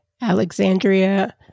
Alexandria